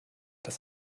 das